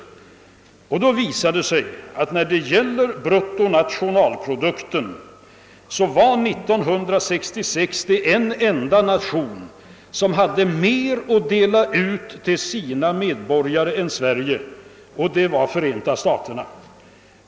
Det visar sig att det när det gäller bruttonationalprodukten år 1966 var det en enda nation, som hade mer att dela ut till sina medborgare än Sverige, nämligen Förenta staterna.